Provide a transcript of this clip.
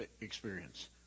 experience